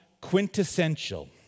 quintessential